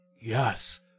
Yes